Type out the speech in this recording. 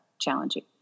challenging